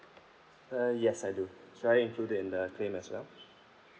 uh yes I do should I include in the claim as well